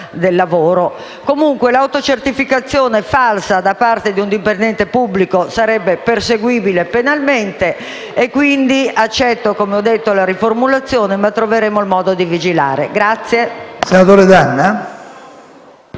del lavoro. Comunque l'autocertificazione falsa da parte di un dipendente pubblico sarebbe perseguibile penalmente. Accetto quindi la formulazione, ma troveremo il modo di vigilare.